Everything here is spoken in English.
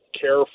care